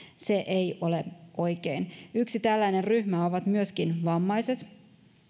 se ei ole oikein yksi tällainen ryhmä ovat myöskin vammaiset